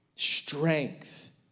Strength